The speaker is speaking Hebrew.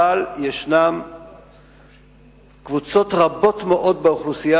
אבל יש קבוצות רבות מאוד באוכלוסייה,